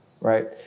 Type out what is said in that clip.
right